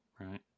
right